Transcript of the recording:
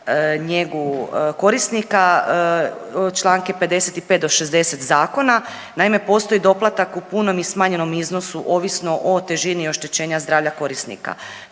njegu korisnika, čl. 55-60 Zakona, naime postoji doplatak u punom i smanjenom iznosu, ovisno o težini oštećenja zdravlja korisnika.